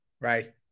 right